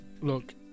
look